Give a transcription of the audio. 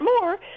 more